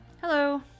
Hello